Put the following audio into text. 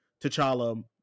T'Challa